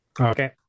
okay